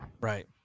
right